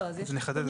נחדד את זה.